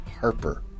Harper